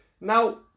Now